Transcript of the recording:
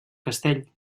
castell